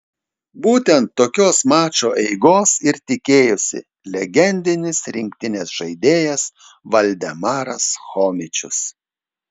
būtent tokios mačo eigos ir tikėjosi legendinis rinktinės žaidėjas valdemaras chomičius